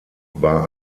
war